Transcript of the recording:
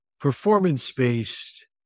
performance-based